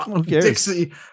Dixie